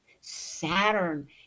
Saturn